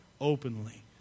openly